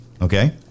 okay